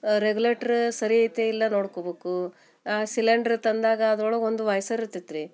regulator ಸರಿ ಐತಿ ಇಲ್ವಾ ನೋಡ್ಕೋಬೇಕು ಸಿಲೆಂಡ್ರ್ ತಂದಾಗ ಅದ್ರೊಳಗೆ ಒಂದು ವೈಸರ್ ಇರ್ತೈತೆ ರೀ